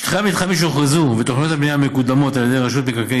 שטחי המתחמים שהוכרזו ותוכניות הבנייה המקודמות על ידי רשות מקרקעי